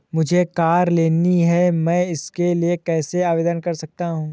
मुझे कार लेनी है मैं इसके लिए कैसे आवेदन कर सकता हूँ?